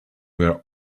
were